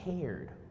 cared